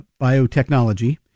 biotechnology